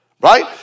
right